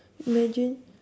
imagine